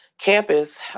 campus